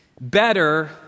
Better